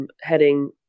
heading